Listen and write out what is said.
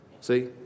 See